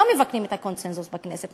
לא מבקרים את הקונסנזוס בכנסת,